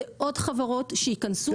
זה עוד חברות שייכנסו.